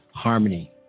Harmony